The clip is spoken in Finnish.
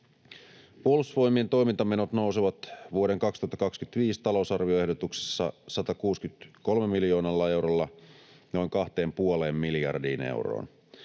Puolustusvoimien toimintamenot nousevat vuoden 2025 talousarvioehdotuksessa 163 miljoonalla eurolla noin kahteen ja puoleen miljardiin euroon.